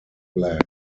flag